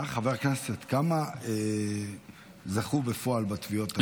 חבר הכנסת, כמה זכו בפועל בתביעות האלה?